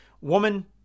woman